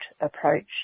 approach